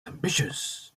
ambitions